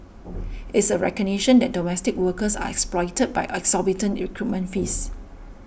it's a recognition that domestic workers are exploited by exorbitant recruitment fees